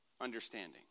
understanding